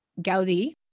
Gaudi